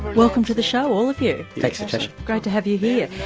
welcome to the show all of you. thanks natasha. great to have you here.